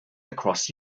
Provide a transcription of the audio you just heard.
across